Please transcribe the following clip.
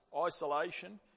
isolation